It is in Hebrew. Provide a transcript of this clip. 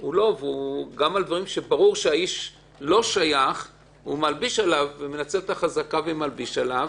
הוא לא טוב וגם על דברים שברור שהאיש לא שייך הוא מלביש את החזקה ומסרב.